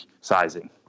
sizing